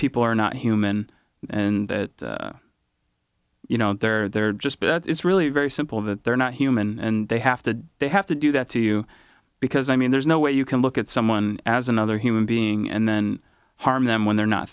people are not human and that you know they're they're just bad it's really very simple that they're not human and they have to they have to do that to you because i mean there's no way you can look at someone as another human being and then harm them when they're not